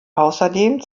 außerdem